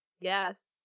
Yes